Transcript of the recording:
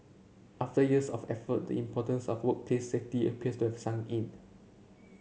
after years of effort importance of workplace safety appears to have sunk in